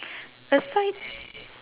aside